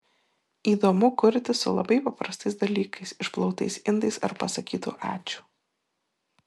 įdomu kurti su labai paprastais dalykais išplautais indais ar pasakytu ačiū